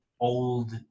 old